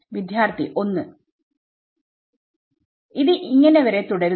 വിദ്യാർത്ഥി 1 ഇത് വരെ തുടരുന്നു